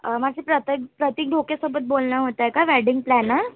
माझं प्रतेक प्रतिक धोकेसोबत बोलणं होतं आहे का वॅडिंग प्लॅनर